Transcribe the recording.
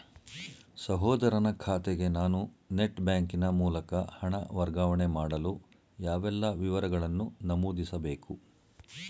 ಸಹೋದರನ ಖಾತೆಗೆ ನಾನು ನೆಟ್ ಬ್ಯಾಂಕಿನ ಮೂಲಕ ಹಣ ವರ್ಗಾವಣೆ ಮಾಡಲು ಯಾವೆಲ್ಲ ವಿವರಗಳನ್ನು ನಮೂದಿಸಬೇಕು?